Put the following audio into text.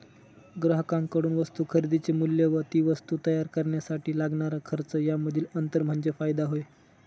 ग्राहकांकडून वस्तू खरेदीचे मूल्य व ती वस्तू तयार करण्यासाठी लागणारा खर्च यामधील अंतर म्हणजे फायदा होय